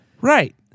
Right